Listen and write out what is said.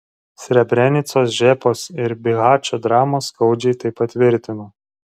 srebrenicos žepos ir bihačo dramos skaudžiai tai patvirtino